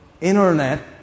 internet